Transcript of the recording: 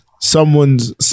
someone's